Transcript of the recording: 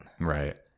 Right